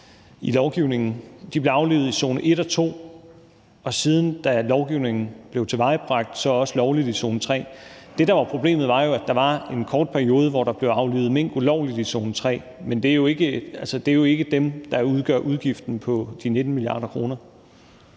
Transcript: De blev aflivet i zone 1 og zone 2, og siden lovgivningen blev tilvejebragt, blev de også aflivet lovligt i zone 3. Det, der var problemet, var jo, at der var en kort periode, hvor der blev aflivet mink ulovligt i zone 3, men det er jo ikke dem, der udgør udgiften på de 19 mia. kr.